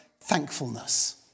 thankfulness